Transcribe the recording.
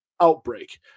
outbreak